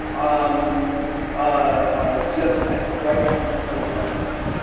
um ah just ah right at the reclaim pride march.